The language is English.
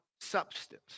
substance